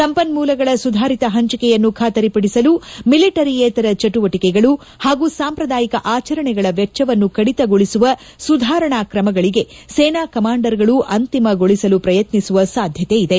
ಸಂಪನ್ಮೂಲಗಳ ಸುಧಾರಿತ ಹಂಚಿಕೆಯನ್ನು ಬಾತರಿಪಡಿಸಲು ಮಿಲಿಟರಿಯೇತರ ಚಟುವಟಿಕೆಗಳು ಹಾಗೂ ಸಾಂಪ್ರದಾಯಿಕ ಆಚರಣೆಗಳ ವೆಚ್ಚವನ್ನು ಕಡಿತಗೊಳಿಸುವ ಸುಧಾರಣಾ ಕ್ರಮಗಳಿಗೆ ಸೇನಾ ಕಮಾಂಡರ್ಗಳು ಅಂತಿಮಗೊಳಿಸಲು ಪ್ರಯತ್ನಿಸುವ ಸಾಧ್ಯತೆ ಇದೆ